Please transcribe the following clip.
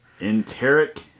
Enteric